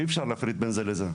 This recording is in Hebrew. אי אפשר להפריד בין זה לזה.